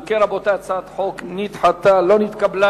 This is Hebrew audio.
אם כן, רבותי, הצעת החוק נדחתה, לא נתקבלה.